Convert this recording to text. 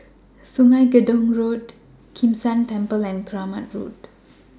Sungei Gedong Road Kim San Temple and Keramat Road